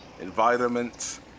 environment